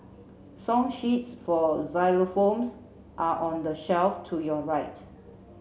song sheets for xylophones are on the shelf to your right